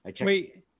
Wait